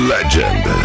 Legend